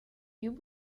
you